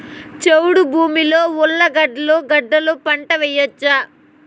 చౌడు భూమిలో ఉర్లగడ్డలు గడ్డలు పంట వేయచ్చా?